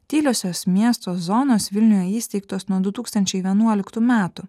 tyliosios miesto zonos vilniuje įsteigtos nuo du tūkstančiai vienuoliktų metų